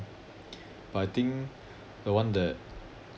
but I think the one that